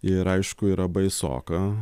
ir aišku yra baisoka